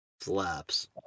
slaps